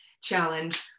challenge